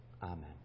Amen